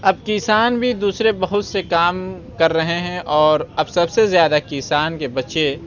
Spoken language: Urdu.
اب کسان بھی دوسرے بہت سے کام کر رہے ہیں اور اب سب سے زیادہ کسان کے بچے